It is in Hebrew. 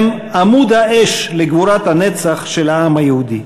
הם עמוד האש לגבורת הנצח של העם היהודי.